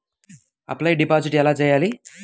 Offline deposit ఎలా చేయాలి?